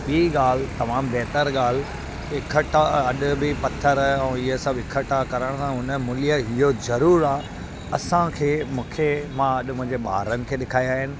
ॿीं ॻाल्हि तमामु बहितर ॻाल्हि इकठा अॾु बि पथर ऐं इहे सभु इकठा करण खां हुन मुलीअ हीअं ज़रूरु आहे असांखे मूंखे मां अॼु मुंहिंजे ॿारनि खे ॾेखारिया आहिनि